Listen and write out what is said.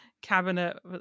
cabinet